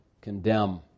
condemn